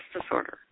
disorder